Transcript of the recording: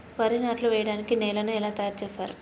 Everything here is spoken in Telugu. వరి నాట్లు వేయటానికి నేలను ఎలా తయారు చేస్తారు?